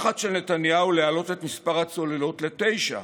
לחץ של נתניהו להעלות את מספר הצוללות לתשע,